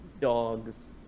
Dogs